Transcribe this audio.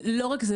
לא רק זה,